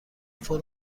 فرم